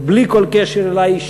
בלי כל קשר אלי,